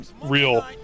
Real